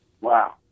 Wow